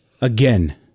Again